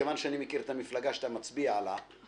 מכיוון שאני מכיר את המפלגה שאתה מצביע לה,